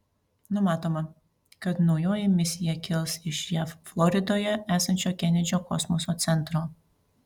numatoma kad naujoji misija kils iš jav floridoje esančio kenedžio kosmoso centro